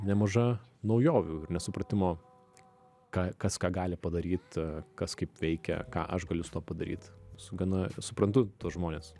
nemaža naujovių ir nesupratimo ką kas ką gali padaryt kas kaip veikia ką aš galiu su tuo padaryt su gana suprantu tuos žmones